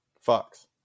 Fox